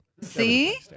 See